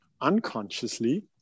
unconsciously